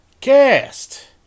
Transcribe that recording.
cast